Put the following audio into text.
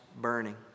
burning